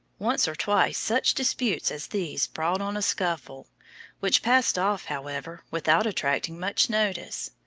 once or twice such disputes as these brought on a scuffle which passed off, however, without attracting much notice.